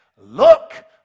Look